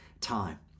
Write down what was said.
time